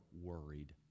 worried